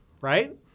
right